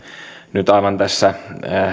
nyt aivan tässä